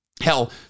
Hell